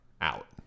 out